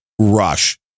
Rush